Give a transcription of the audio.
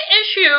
issue